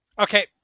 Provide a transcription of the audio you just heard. Okay